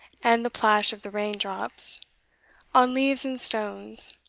and the plash of the rain-drops on leaves and stones,